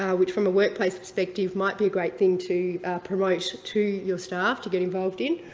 ah which from a workplace perspective might be a great thing to promote to your staff to get involved in.